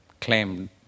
claimed